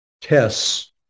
tests